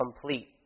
complete